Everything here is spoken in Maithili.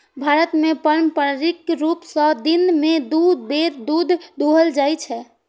भारत मे पारंपरिक रूप सं दिन मे दू बेर दूध दुहल जाइ छै